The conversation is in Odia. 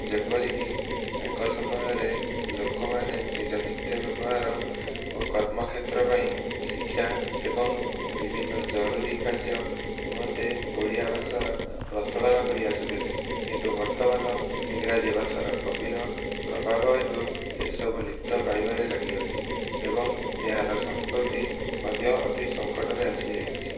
ଯେପରିକି ଆଗ ସମୟରେ ଲୋକମାନେ ନିଜ ନିତ୍ୟ ବ୍ୟବହାର ଓ କର୍ମକ୍ଷେତ୍ର ପାଇଁ ଶିକ୍ଷା ଏବଂ ବିଭିନ୍ନ ଜରୁରୀ କାର୍ଯ୍ୟ ନିମନ୍ତେ ଓଡ଼ିଆ ଭାଷାର ପ୍ରଚଳନ କରି ଆସୁଥିଲେ କିନ୍ତୁ ବର୍ତ୍ତମାନ ଇଂରାଜୀ ଭାଷାର ଗଭୀର ପ୍ରଭାବ ହେତୁ ଏସବୁ ଲିପ୍ତ ପାଇବାରେ ଲାଗିଅଛି ଏବଂ ଏହାର ସଂସ୍କୃତି ମଧ୍ୟ ଅତି ସଙ୍କଟରେ ଆସିଯାଇଅଛି